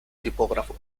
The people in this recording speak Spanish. tipógrafo